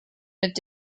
mit